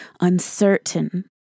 uncertain